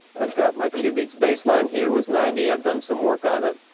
i've got my two beats baseline here was ninety. i've done some work on it,